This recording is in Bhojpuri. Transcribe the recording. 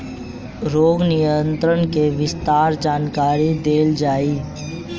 रोग नियंत्रण के विस्तार जानकरी देल जाई?